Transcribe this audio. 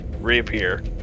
reappear